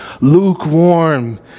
Lukewarm